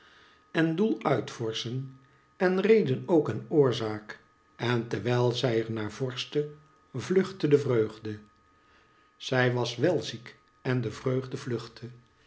en doel uitvorschen en reden ook en oorzaak en terwijl zij er naar vorschte vluchtte de vreugde zij was wel ziek en de vreugde vluchtte